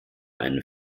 eine